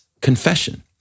confession